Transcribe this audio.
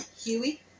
Huey